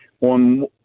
on